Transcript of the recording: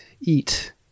eat